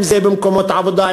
אם במקומות העבודה,